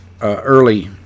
early